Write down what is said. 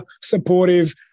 supportive